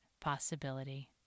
possibility